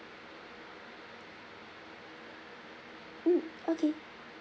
mm okay